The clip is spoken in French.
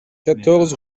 quatorze